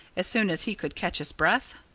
as soon as he could catch his breath.